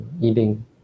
eating